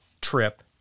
trip